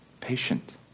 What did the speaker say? Patient